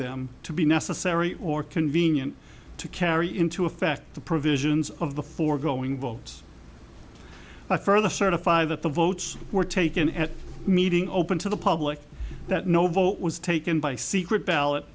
them to be necessary or convenient to carry into effect the provisions of the foregoing votes i further certify that the votes were taken at meeting open to the public that no vote was taken by secret ballot